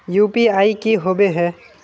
UPI की होबे है?